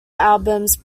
albums